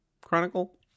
Chronicle